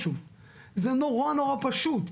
זה נורא נורא פשוט.